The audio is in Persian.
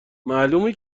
معلومه